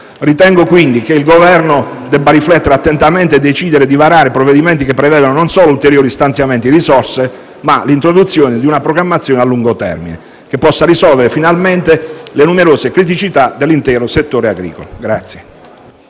Ritengo, quindi, che il Governo debba riflettere attentamente e decidere di varare provvedimenti che prevedano non solo ulteriori stanziamenti di risorse, ma anche l'introduzione di una programmazione a lungo termine, che possa risolvere finalmente le numerose criticità dell'intero settore agricolo.